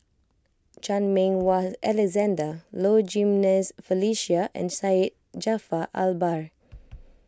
Chan Meng Wah Alexander Low Jimenez Felicia and Syed Jaafar Albar